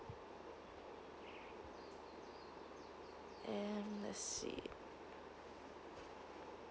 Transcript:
and let's see